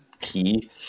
key